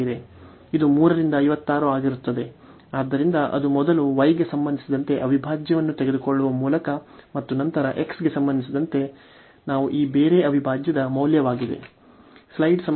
ಇದು 3 ರಿಂದ 56 ಆಗಿರುತ್ತದೆ ಆದ್ದರಿಂದ ಅದು ಮೊದಲು y ಗೆ ಸಂಬಂಧಿಸಿದಂತೆ ಅವಿಭಾಜ್ಯವನ್ನು ತೆಗೆದುಕೊಳ್ಳುವ ಮೂಲಕ ಮತ್ತು ನಂತರ x ಗೆ ಸಂಬಂಧಿಸಿದಂತೆ ನಾವು ಈ ಬೇರೆ ಅವಿಭಾಜ್ಯದ ಮೌಲ್ಯವಾಗಿದೆ